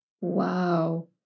wow